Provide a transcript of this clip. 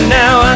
now